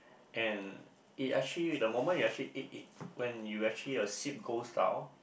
and it actually the moment you actually eat it when you actually a sip goes down